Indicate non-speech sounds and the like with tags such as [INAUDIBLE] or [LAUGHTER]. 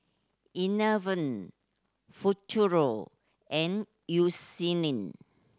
Enervon Futuro and [UNINTELLIGIBLE]